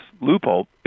loophole